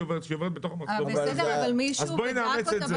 בואי נאמץ את זה.